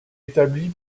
établie